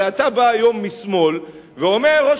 הרי אתה בא היום משמאל ואומר: ראש